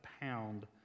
pound